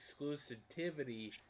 exclusivity